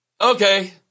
okay